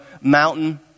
mountain